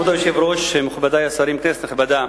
כבוד היושב-ראש, מכובדי השרים, כנסת נכבדה,